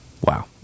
wow